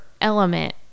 element